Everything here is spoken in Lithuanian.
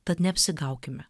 tad neapsigaukime